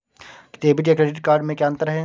Debit या credit card में क्या अन्तर है?